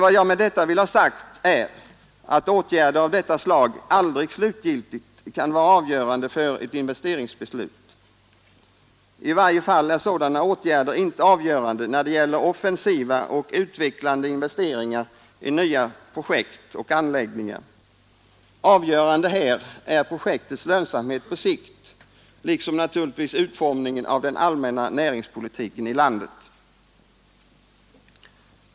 Vad jag med detta vill ha sagt är att åtgärder av det här slaget aldrig slutgiltigt kan vara avgörande för ett investeringsbeslut. I varje fall är sådana åtgärder inte avgörande när det gäller offensiva och utvecklande investeringar i nya projekt och anläggningar. Avgörande här är projektets lönsamhet på sikt, liksom naturligtvis utformningen av den allmänna näringspolitiken i landet.